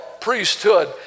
priesthood